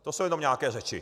To jsou jenom nějaké řeči.